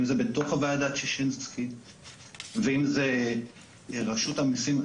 אם זה בתוך ועדת שישינסקי ואם זה רשות המיסים עצמה,